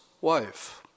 wife